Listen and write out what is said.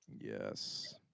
Yes